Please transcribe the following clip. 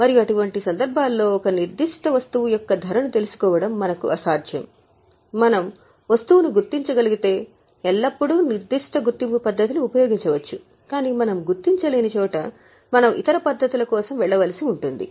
మరియు అటువంటి సందర్భాల్లో ఒక నిర్దిష్ట వస్తువు యొక్క ధరను తెలుసుకోవడం మనకు అసాధ్యం మనం వస్తువును గుర్తించగలిగితే ఎల్లప్పుడూ నిర్దిష్ట గుర్తింపు పద్ధతిని ఉపయోగించవచ్చు కాని మనం గుర్తించలేని చోట మనం ఇతర పద్ధతుల కోసం వెళ్ళవలసి ఉంటుంది